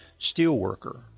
steelworker